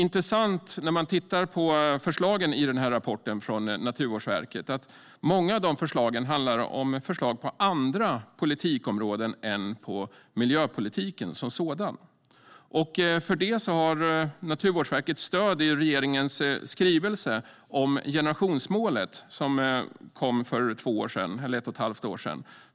När det gäller förslagen i rapporten från Naturvårdsverket är det intressant att många av dem handlar om förslag på andra politikområden än miljöpolitiken som sådan. För det har Naturvårdsverket stöd i regeringens skrivelse om generationsmålet, som kom för ett och ett halvt år sedan.